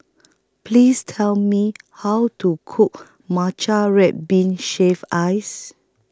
Please Tell Me How to Cook Matcha Red Bean Shaved Ice